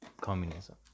communism